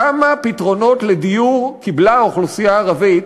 כמה פתרונות דיור קיבלה האוכלוסייה הערבית